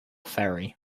ferry